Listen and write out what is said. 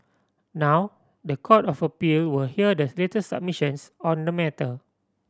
now the Court of Appeal will hear the latest submissions on the matter